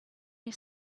you